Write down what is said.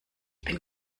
bin